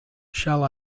shall